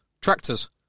Tractors